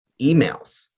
emails